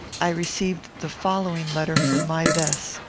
i received the following letter from my bess